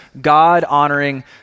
God-honoring